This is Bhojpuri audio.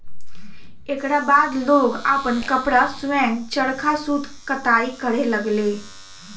एकरा बाद लोग आपन कपड़ा स्वयं चरखा सूत कताई करे लगले